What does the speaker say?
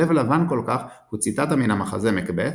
"לב לבן כל כך" הוא ציטטה מן המחזה מקבת',